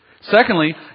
Secondly